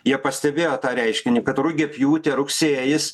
jie pastebėjo tą reiškinį kad rugiapjūtė rugsėjis